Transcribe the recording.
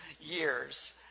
years